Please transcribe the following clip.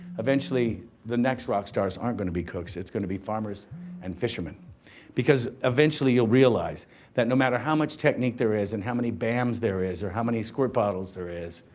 eventually the next rock stars aren't gonna be cooks. it's gonna be farmer's and fishermen because eventually you'll realize that no matter how much technique there is and how many bams there is or how many squirt bottles there is,